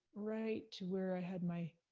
right to where i had my